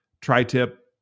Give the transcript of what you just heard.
tri-tip